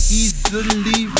easily